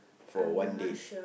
for one day